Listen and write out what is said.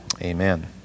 Amen